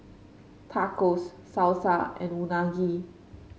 Tacos Salsa and Unagi